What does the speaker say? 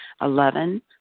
Eleven